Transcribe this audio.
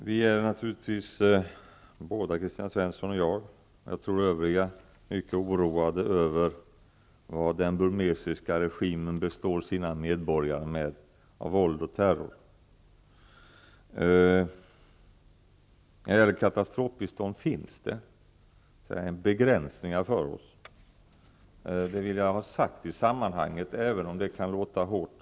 Herr talman! Både Kristina Svensson och jag och även, tror jag, övriga är naturligtvis mycket oroade över vad den burmesiska regimen består sina medborgare med av våld och terror. När det gäller katastrofbistånd finns det begränsningar för oss, det vill jag ha sagt i sammanhanget, även om det kan låta hårt.